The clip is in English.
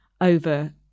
over